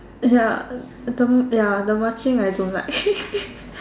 ya the ya the marching I don't like